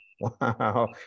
Wow